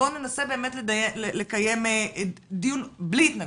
ובואו ננסה לקיים דיון בלי התנגחויות.